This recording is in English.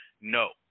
No